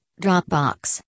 Dropbox